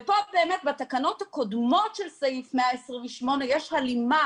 ופה באמת, בתקנות הקודמות של סעיף 128 יש הלימה